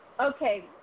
Okay